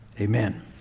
Amen